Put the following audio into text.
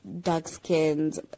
dark-skinned